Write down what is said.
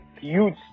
huge